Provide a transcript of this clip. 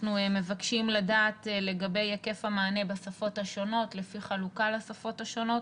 אנחנו מבקשים לדעת לגבי היקף המענה בשפות השונות לפי חלוקה לשפות השונות